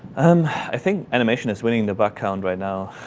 and i think animation is winning the bug count right now.